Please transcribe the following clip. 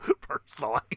personally